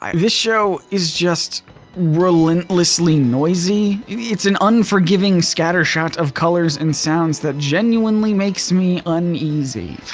um this show is just relentlessly noisy. it's an unforgiving scattershot of colors and sounds that genuinely makes me uneasy.